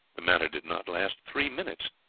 the matter did not last three minutes.